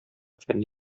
фәнни